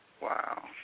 Wow